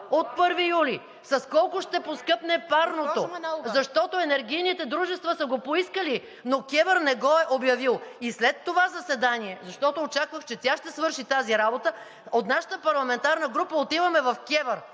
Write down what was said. Госпожо Манолова! МАЯ МАНОЛОВА: Защото енергийните дружества са го поискали, но КЕВР не го е обявил. И след това заседание, защото очаквах, че тя ще свърши тази работа, от нашата парламентарна група отиваме в КЕВР,